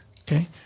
Okay